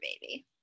baby